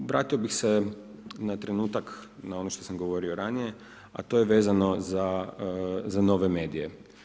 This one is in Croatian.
Vratio bih se na trenutak na ono što sam govorio ranije, a to je vezano za nove medije.